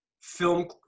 film